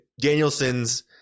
Danielson's